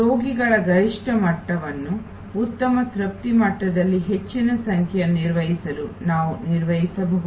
ರೋಗಿಗಳ ಗರಿಷ್ಠ ಮಟ್ಟವನ್ನು ಉತ್ತಮ ತೃಪ್ತಿ ಮಟ್ಟದಲ್ಲಿ ಹೆಚ್ಚಿನ ಸಂಖ್ಯೆಯನ್ನು ನಿರ್ವಹಿಸಲು ನಾವು ನಿರ್ವಹಿಸಬಹುದು